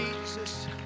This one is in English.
Jesus